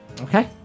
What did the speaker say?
Okay